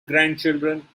grandchildren